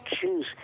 choose